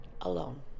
alone